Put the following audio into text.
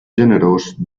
generós